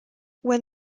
when